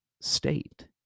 state